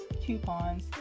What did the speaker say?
coupons